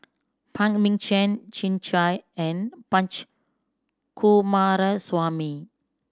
Phan Ming Chen Chin and Punch Coomaraswamy